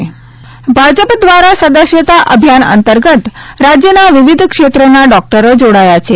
ભાજપમાં જોડાયા ભાજપ દ્વારા સદસ્યતા અભિયાન અંતર્ગત રાજ્યના વિવિધ ક્ષેત્રના ડોકટરો જોડાયા છે